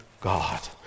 God